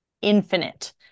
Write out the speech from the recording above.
Infinite